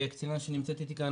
קצינה שנמצאת איתי כאן,